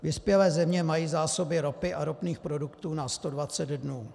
Vyspělé země mají zásoby ropy a ropných produktů na 120 dnů.